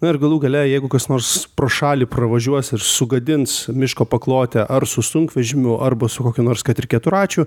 na ar galų gale jeigu kas nors pro šalį pravažiuos ir sugadins miško paklotę ar su sunkvežimiu arba su kokiu nors kad ir keturračiu